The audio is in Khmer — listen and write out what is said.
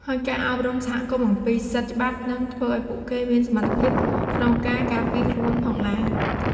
ហើយការអប់រំសហគមន៍អំពីសិទ្ធិច្បាប់នឹងធ្វើឱ្យពួកគេមានសមត្ថភាពក្នុងការការពារខ្លួនផងដែរ។